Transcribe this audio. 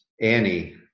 Annie